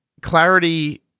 Clarity